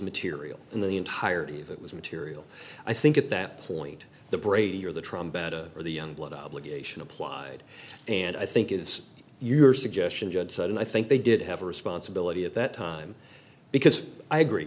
material in the entirety of it was material i think at that point the brady or the trombetta or the youngblood obligation applied and i think it is your suggestion judge said and i think they did have a responsibility at that time because i agree